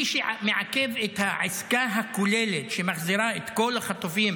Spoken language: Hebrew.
מי שמעכב את העסקה הכוללת שמחזירה את כל החטופים